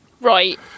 Right